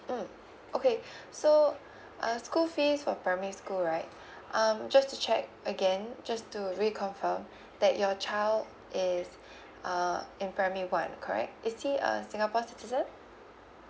mm okay so uh school fees for primary school right um just to check again just to reconfirm that your child is uh in primary one correct is he a singapore citizen